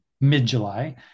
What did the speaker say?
mid-July